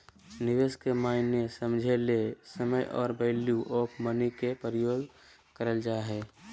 निवेश के मायने समझे ले समय आर वैल्यू ऑफ़ मनी के प्रयोग करल जा हय